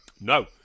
No